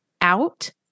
out